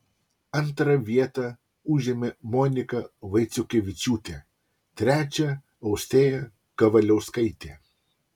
antrą vietą užėmė monika vaiciukevičiūtė trečią austėja kavaliauskaitė